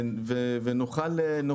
אתה